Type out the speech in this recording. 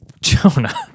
Jonah